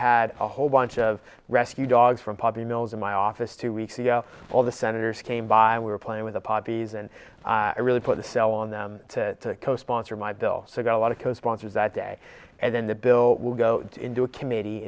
had a whole bunch of rescue dogs from puppy mills in my office two weeks ago all the senators came by and were playing with the poppies and i really put a sell on them to co sponsor my bill so i got a lot of co sponsors that day and then the bill will go into a committee